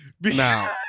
now